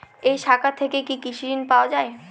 এই শাখা থেকে কি কৃষি ঋণ পাওয়া যায়?